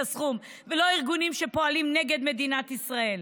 הסכום ולא לארגונים שפועלים נגד מדינת ישראל.